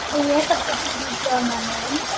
అంటే ఏ సబ్జెక్టులో వీక్గా ఉన్నారు మేడం